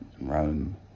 Rome